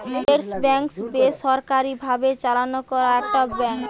yes Bank বেসরকারি ভাবে চালনা করা একটা ব্যাঙ্ক